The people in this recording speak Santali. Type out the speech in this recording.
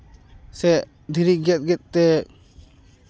ᱥᱮ ᱫᱷᱤᱨᱤ ᱜᱮᱫᱼᱜᱮᱫ ᱛᱮ